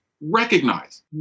recognize